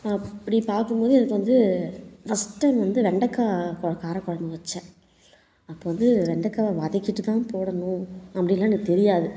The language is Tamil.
அப்படி பார்க்கும் போது எனக்கு வந்து ஃபர்ஸ்ட் டைம் வந்து வெண்டைக்காய் கார கொழம்பு வைச்சேன் அப்போ வந்து வெண்டைக்காய் வதக்கிட்டு தான் போடணும் அப்படினுலாம் எனக்கு தெரியாது